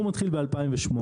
ב-2008,